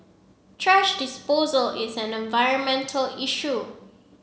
thrash disposal is an environmental issue